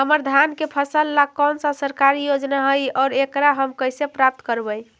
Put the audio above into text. हमर धान के फ़सल ला कौन सा सरकारी योजना हई और एकरा हम कैसे प्राप्त करबई?